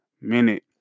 minute